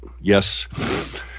Yes